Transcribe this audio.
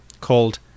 called